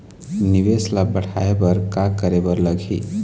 निवेश ला बड़हाए बर का करे बर लगही?